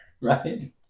right